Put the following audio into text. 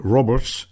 Roberts